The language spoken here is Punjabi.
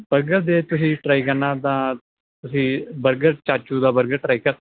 ਬਰਗਰ ਜੇ ਤੁਸੀਂ ਟਰਾਈ ਕਰਨਾ ਤਾਂ ਤੁਸੀਂ ਬਰਗਰ ਚਾਚੂ ਦਾ ਬਰਗਰ ਟਰਾਈ ਕਰ